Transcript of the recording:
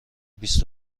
بیست